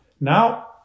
Now